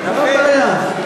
מה, מה הבעיה?